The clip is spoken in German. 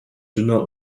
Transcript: dünner